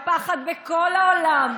פחד בכל העולם,